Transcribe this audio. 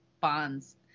bonds